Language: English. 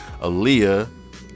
Aaliyah